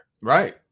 Right